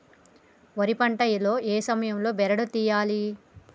వరి పంట లో ఏ సమయం లో బెరడు లు తియ్యాలి?